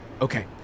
Okay